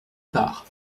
part